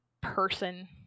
person